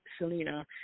Selena